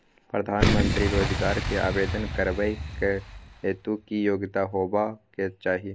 प्रधानमंत्री रोजगार के आवेदन करबैक हेतु की योग्यता होबाक चाही?